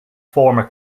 former